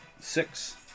six